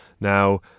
now